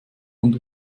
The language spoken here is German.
und